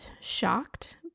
shocked